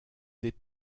ses